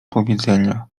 powiedzenia